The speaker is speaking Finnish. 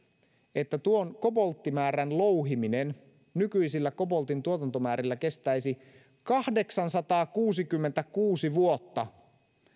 että tuon kobolttimäärän louhiminen nykyisillä koboltin tuotantomäärillä kestäisi kahdeksansataakuusikymmentäkuusi vuotta